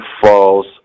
falls